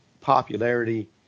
popularity